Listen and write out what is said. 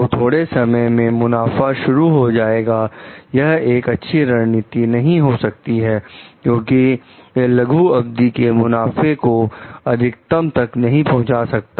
तो थोड़े समय मैं मुनाफा शुरू हो जाए यह एक अच्छी रणनीति नहीं हो सकती है क्योंकि यह लघु अवधि के मुनाफे को अधिकतम तक नहीं पहुंचा सकता